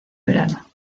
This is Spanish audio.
verano